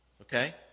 Okay